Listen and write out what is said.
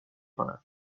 کند